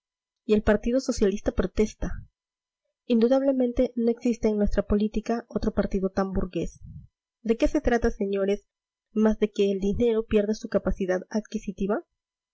y el partido socialista protesta indudablemente no existe en nuestra política otro partido tan burgués de qué se trata señores más que de que el dinero pierda su capacidad adquisitiva